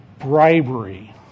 bribery